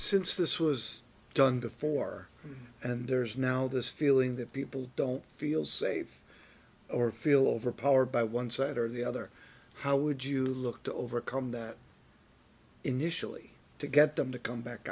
since this was done before and there's now this feeling that people don't feel safe or feel overpowered by one side or the other how would you look to overcome that initially to get them to come back